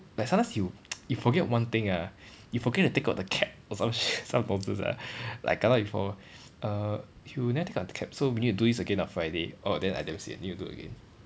like sometimes you you forget one thing ah you forget to take out the cap or some some nonsense ah I kena before err you never take out the cap so meaning you need to do this again on friday orh then I damn sian need to do again